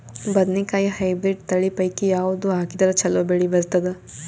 ಬದನೆಕಾಯಿ ಹೈಬ್ರಿಡ್ ತಳಿ ಪೈಕಿ ಯಾವದು ಹಾಕಿದರ ಚಲೋ ಬೆಳಿ ಬರತದ?